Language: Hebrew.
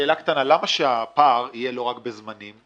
למה שהפער יהיה לא רק בזמנים?